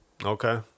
Okay